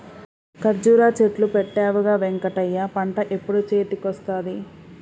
కర్జురా చెట్లు పెట్టవుగా వెంకటయ్య పంట ఎప్పుడు చేతికొస్తది